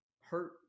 hurt